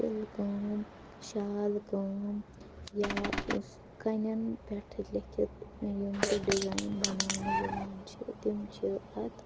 تِلہٕ کٲم شال کٲم یا سُہ کَنٮ۪ن پٮ۪ٹھٕ لیٚکھِتھ یِم تہِ ڈِزایِن بَناونہٕ یِوان چھِ تِم چھِ اَتھ